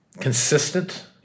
consistent